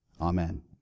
amen